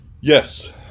Yes